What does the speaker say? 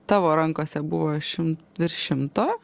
tavo rankose buvo šim virš šimto